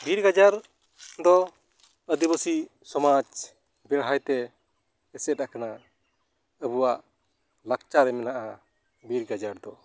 ᱵᱤᱨ ᱜᱟᱡᱟᱲ ᱫᱚ ᱟᱹᱫᱤᱵᱟᱹᱥᱤ ᱥᱚᱢᱟᱡᱽ ᱵᱮᱲᱦᱟᱭᱛᱮ ᱮᱥᱮᱫ ᱟᱠᱟᱱᱟ ᱟᱵᱚᱣᱟᱜ ᱞᱟᱠᱪᱟᱨ ᱨᱮ ᱢᱮᱱᱟᱜᱼᱟ ᱵᱤᱨ ᱜᱟᱡᱟᱲᱫᱚ